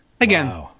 Again